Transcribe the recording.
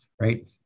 right